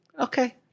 okay